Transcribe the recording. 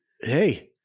hey